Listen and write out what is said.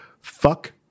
fuck